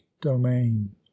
domain